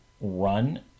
run